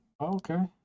Okay